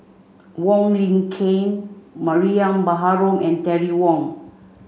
Wong Lin Ken Mariam Baharom and Terry Wong